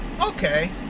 Okay